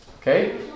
Okay